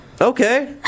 Okay